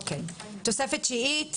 תוספת תשיעית.